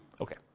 Okay